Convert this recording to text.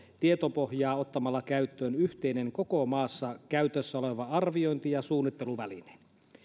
tietopohjaa ottamalla käyttöön yhteinen koko maassa käytössä oleva arviointi ja suunnitteluväline